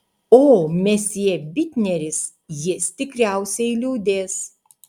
o mesjė bitneris jis tikriausiai liūdės